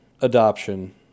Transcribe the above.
Adoption